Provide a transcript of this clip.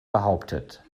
behauptet